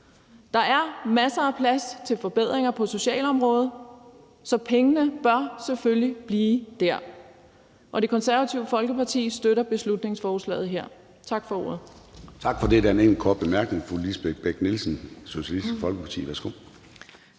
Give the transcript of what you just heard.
Der er masser af plads til forbedringer på socialområdet, så pengene bør selvfølgelig blive der. Det Konservative Folkeparti støtter beslutningsforslaget her. Tak for ordet.